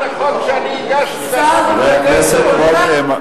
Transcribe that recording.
בפעם הבאה,